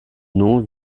nom